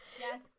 Yes